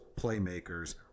playmakers